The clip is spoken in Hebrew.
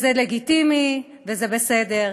זה לגיטימי וזה בסדר.